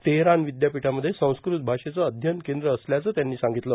Tehran विदयापीठामध्ये संस्कृत भाषेचे अध्ययन केंद्र असल्याचं त्यांनी सांगितलं